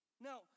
Now